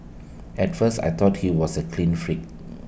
at first I thought he was A clean freak